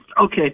Okay